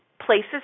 places